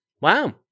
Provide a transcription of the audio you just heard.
Wow